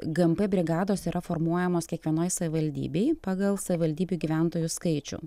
gmp brigados yra formuojamos kiekvienoj savivaldybėj pagal savivaldybių gyventojų skaičių